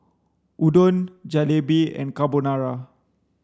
Udon Jalebi and Carbonara